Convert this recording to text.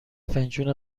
فنجون